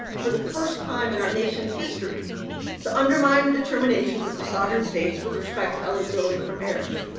for the first time in our nation's history to undermine the determinations of the sovereign states with respect to eligibility for marriage.